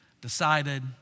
decided